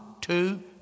two